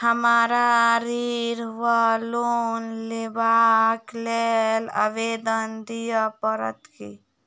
हमरा ऋण वा लोन लेबाक लेल आवेदन दिय पड़त की?